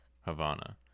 havana